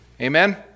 Amen